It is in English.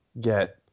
get